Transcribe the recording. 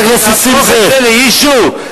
להפוך את זה ל-issue,